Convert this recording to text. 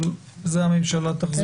אבל על זה הממשלה תשיב תשובה.